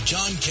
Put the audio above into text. John